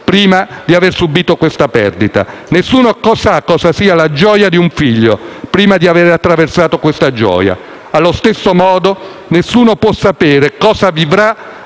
prima di aver subito questa perdita; nessuno sa cosa sia la nascita di un figlio prima di aver attraversato questa gioia. Allo stesso modo, nessuno può sapere cosa vivrà